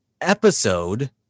episode